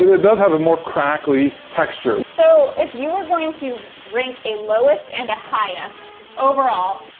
it does have a more crackly texture. so, if you were going to rank a lowest and a highest, overall,